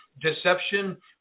Deception